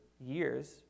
years